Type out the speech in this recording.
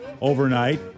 overnight